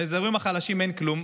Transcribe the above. ובאזורים החלשים אין כלום,